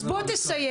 אז בוא תסיים,